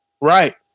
Right